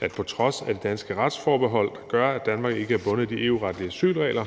at på trods af at det danske retsforbehold gør, at Danmark ikke er bundet af de EU-retlige asylregler